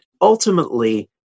ultimately